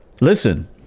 Listen